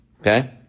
Okay